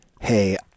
Hey